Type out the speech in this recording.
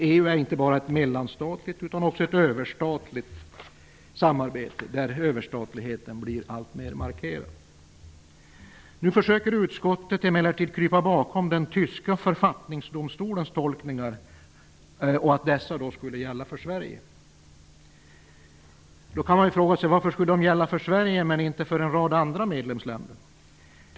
EU är inte bara ett mellanstatligt utan också ett överstatligt samarbete där överstatligheten blir alltmer markerad. Utskottet försöker emellertid att krypa bakom den tyska författningsdomstolens tolkningar och säger att dessa skulle gälla för Sverige. Varför skulle de gälla för Sverige men inte för en rad andra medlemsländer?